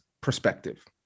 perspective